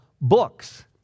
books